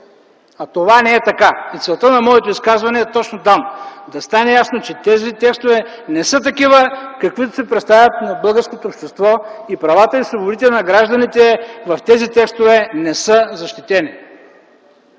а това не е така. Целта на моето изказване е точно такава – да стане ясно, че тези текстове не са такива, каквито се представят на българското общество, и правата и свободите на гражданите в тях не са защитени.